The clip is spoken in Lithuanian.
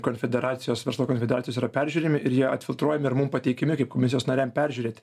konfederacijos verslo konfederacijos yra peržiūrimi ir jie atfiltruojami ar mum pateikiami kaip komisijos nariam peržiūrėti